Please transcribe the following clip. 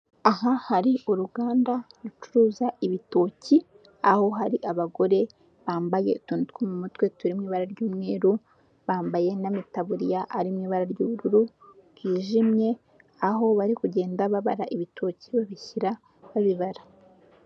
Aha hari uruganda rucuruza ibitoki, aho hari abagore bambaye utuntu two mu mutwe turi mu ibara ry'umweru, bambaye n'amataburiya ari mu ibara ry'ubururu bwijimye, aho bari kugenda babara ibitoki babishyira babibara.